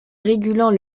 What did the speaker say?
régulant